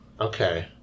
Okay